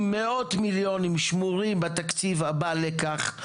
עם מאות מיליונים שמורים בתקציב הבא לכך,